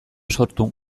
sortu